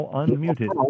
unmuted